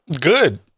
Good